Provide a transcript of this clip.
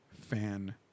fan